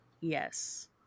yes